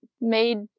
made